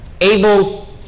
able